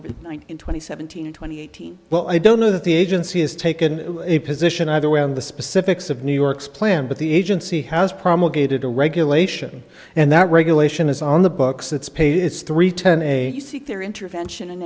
in twenty seven hundred twenty eight well i don't know that the agency has taken a position either way on the specifics of new york's plan but the agency has promulgated a regulation and that regulation is on the books it's paid it's three ten a seek their intervention in